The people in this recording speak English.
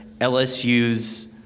LSU's